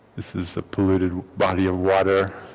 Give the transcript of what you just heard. this is a polluted body of water